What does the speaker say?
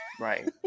Right